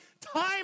time